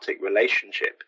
relationship